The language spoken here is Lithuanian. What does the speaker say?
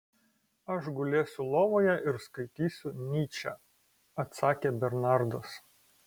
aš gulėsiu lovoje ir skaitysiu nyčę atsakė bernardas